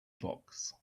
box